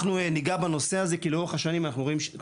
אנחנו נגע בנושא הזה כי לאורך השנים הנתון